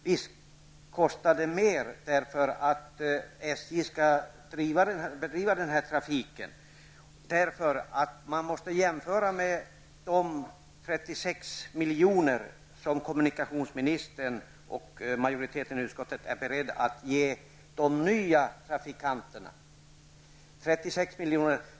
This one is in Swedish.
Visst kostar det mer, av den anledningen att SJ skall bedriva den här trafiken och för att man måste jämföra med de 36 miljoner som kommunikationsministern och majoriteten i utskottet är beredda att ge de nya trafikhuvudmännen.